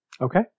Okay